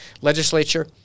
legislature